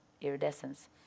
iridescence